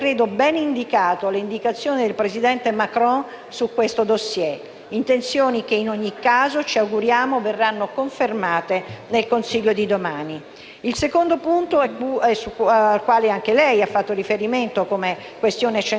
intenzioni che in ogni caso ci auguriamo verranno confermate nel Consiglio di domani. Il secondo punto al quale anche lei ha fatto riferimento come questione centrale del Consiglio dei prossimi due giorni è quello delle politiche migratorie,